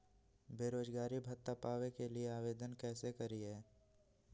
बेरोजगारी भत्ता पावे के लिए आवेदन कैसे करियय?